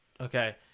Okay